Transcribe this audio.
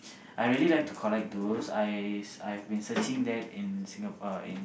I really like to collect those I been searching that in Singa~ uh in